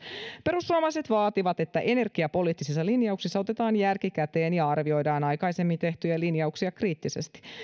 perussuomalaiset vaativat että energiapoliittisissa linjauksissa otetaan järki käteen ja arvioidaan aikaisemmin tehtyjä linjauksia kriittisesti